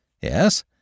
Yes